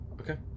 Okay